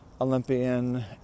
Olympian